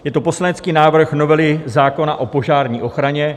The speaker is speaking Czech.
Je to poslanecký návrh novely zákona o požární ochraně.